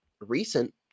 recent